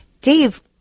Dave